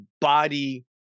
body